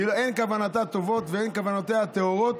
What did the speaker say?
אין כוונותיה טובות ואין כוונותיה טהורות,